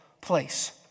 place